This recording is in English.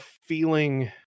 feeling